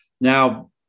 now